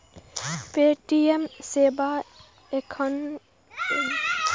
Paytm सेवा एखन ग्यारह भारतीय भाषा मे उपलब्ध छै